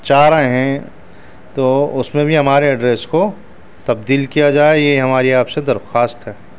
چاہ رہے ہیں تو اس میں بھی ہمارے ایڈریس کو تبدیل کیا جائے یہ ہماری آپ سے درخواست ہے